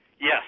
Yes